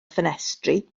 ffenestri